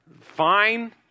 Fine